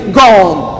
gone